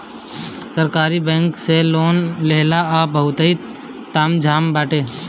सरकारी बैंक से लोन लेहला पअ बहुते ताम झाम बाटे